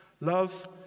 Love